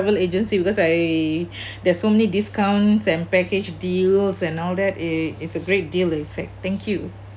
travel agency because I there's so many discounts and package deals and all that it it's a great deal in fact thank you